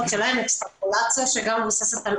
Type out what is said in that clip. אחוז חברות הגבייה שהן עוסקות זה בין 60% ל-70%,